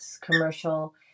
commercial